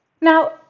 Now